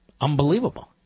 Unbelievable